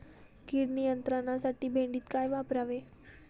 कीड नियंत्रणासाठी भेंडीत काय वापरावे?